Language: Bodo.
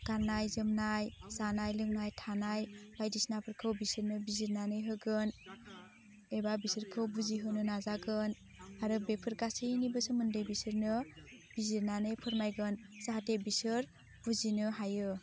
गान्नाय जोमनाय जानाय लोंनाय थानाय बायदिसिनाफोरखौ बिसोरनो बिजिरनानै होगोन एबा बिसोरखौ बुजिहोनो नाजागोन आरो बेफोर गासैनिबो सोमोन्दै बिसोरनो बिजिरनानै फोरमायगोन जाहाथे बिसोर बुजिनो हायो